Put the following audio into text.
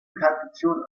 tradition